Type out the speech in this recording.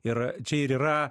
ir čia ir yra